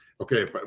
Okay